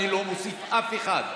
אני לא מוסיף אף אחד.